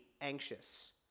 anxious